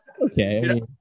Okay